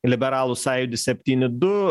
liberalų sąjūdis septyni du